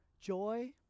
joy